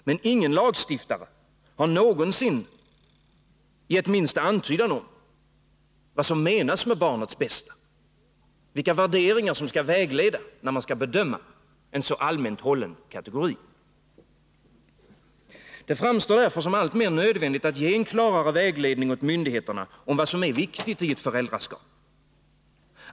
Men ingen lagstiftare har någonsin gett minsta antydan om vad som menas med barnets bästa — vilka värderingar som skall vägleda, när man skall bedöma en så allmänt hållen kategori. Det framstår därför som alltmer nödvändigt att ge en klarare vägledning åt myndigheterna om vad som är viktigt i ett föräldraskap.